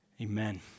Amen